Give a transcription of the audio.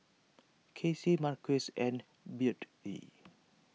Kacie Marquis and Beadie